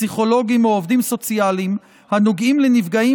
פסיכולוגים או עובדים סוציאליים הנוגעים לנפגעים